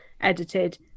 edited